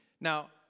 Now